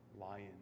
lion